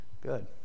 good